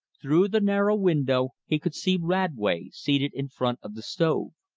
through the narrow window he could see radway seated in front of the stove.